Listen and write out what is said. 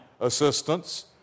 assistance